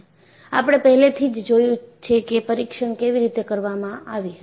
આપણે પહેલાથી જ જોયું છે કે પરીક્ષણ કેવી રીતે કરવામાં આવી હતી